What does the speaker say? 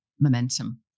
momentum